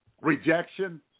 rejection